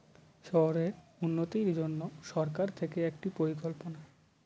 শহরের উন্নতির জন্য সরকার থেকে একটি পরিকল্পনা